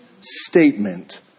statement